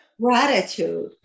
gratitude